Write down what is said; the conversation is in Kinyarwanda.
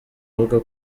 avuga